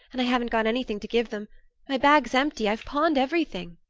and i haven't got anything to give them my bag's empty i've pawned everything.